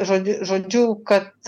žodi žodžiu kad